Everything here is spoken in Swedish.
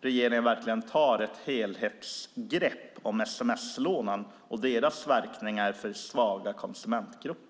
regeringen verkligen tar ett helhetsgrepp om sms-lånen och deras verkningar för svaga konsumentgrupper.